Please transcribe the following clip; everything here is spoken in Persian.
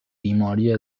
بیماری